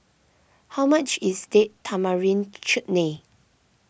how much is Date Tamarind Chutney